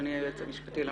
אדוני היועץ המשפטי לממשלה.